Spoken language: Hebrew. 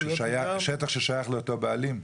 בנייה --- על ידי שטח ששייך לאותם בעלים?